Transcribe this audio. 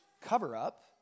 cover-up